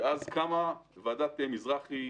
אז קמה ועדת מזרחי,